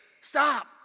stop